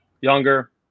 Younger